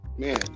Man